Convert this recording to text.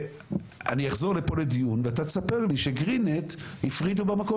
ואני אחזור לפה לדיון ואתה תספר לי שגרין נט הפרידה במקור